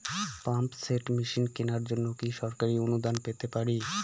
Pump set machine কেনার জন্য কি সরকারি অনুদান পেতে পারি?